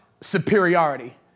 superiority